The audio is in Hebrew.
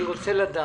אני רוצה לדעת.